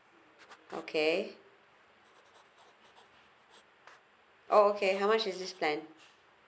okay oh okay how much is this plan